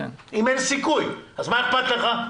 אם אין סיכוי, אז מה אכפת לך?